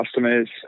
customers